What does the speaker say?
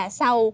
sau